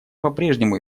попрежнему